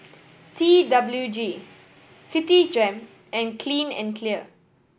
T W G Citigem and Clean and Clear